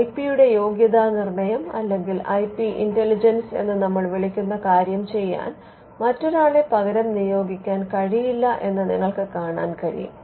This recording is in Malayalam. ഐ പിയുടെ യോഗ്യതാനിർണ്ണയം അല്ലെങ്കിൽ ഐ പി ഇന്റലിജൻസ് എന്ന് നമ്മൾ വിളിക്കുന്ന കാര്യം ചെയ്യാൻ മറ്റൊരാളെ പകരം നിയോഗിക്കാൻ കഴിയില്ല എന്ന് നിങ്ങൾക്ക് കാണാൻ കഴിയും